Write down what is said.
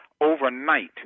overnight